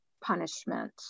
punishment